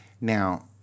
Now